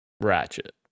Ratchet